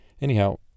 anyhow